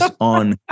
on